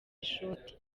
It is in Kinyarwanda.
ishoti